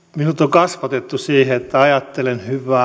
kasvatettu siihen että ajattelen hyvää